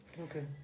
Okay